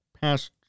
past